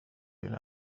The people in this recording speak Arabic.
إلى